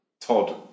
Todd